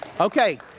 Okay